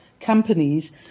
companies